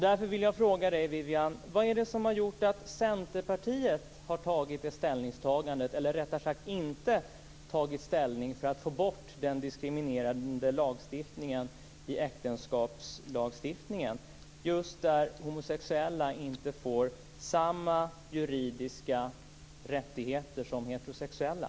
Därför vill jag fråga Viviann: Vad är det som har gjort att Centerpartiet har gjort detta ställningstagande, eller rättare sagt inte har tagit ställning för att få bort den diskriminerande bestämmelsen i äktenskapslagstiftningen att homosexuella inte får samma juridiska rättigheter som heterosexuella?